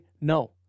No